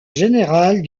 général